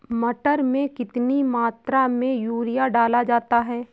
मटर में कितनी मात्रा में यूरिया डाला जाता है?